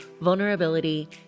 vulnerability